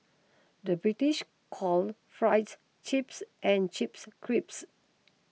the British call Fries Chips and Chips Crisps